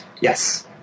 yes